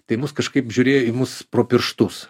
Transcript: tai mus kažkaip žiūrėjo į mus pro pirštus